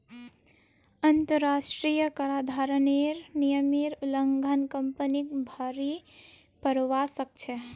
अंतरराष्ट्रीय कराधानेर नियमेर उल्लंघन कंपनीक भररी पोरवा सकछेक